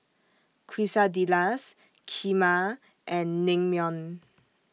Quesadillas Kheema and Naengmyeon